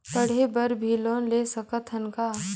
पढ़े बर भी लोन ले सकत हन का?